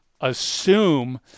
assume